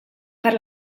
per